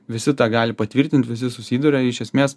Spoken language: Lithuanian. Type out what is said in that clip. visi tą gali patvirtint visi susiduria iš esmės